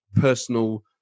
personal